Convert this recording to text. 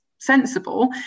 sensible